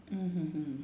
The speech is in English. mmhmm hmm